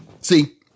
See